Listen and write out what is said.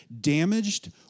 damaged